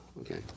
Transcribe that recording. okay